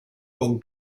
con